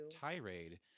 tirade